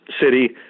city